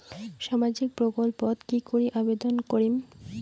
সামাজিক প্রকল্পত কি করি আবেদন করিম?